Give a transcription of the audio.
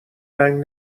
رنگ